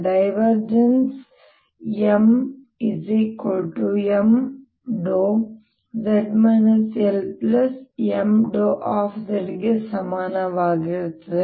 MMδz LMδ ಗೆ ಸಮನಾಗಿರುತ್ತದೆ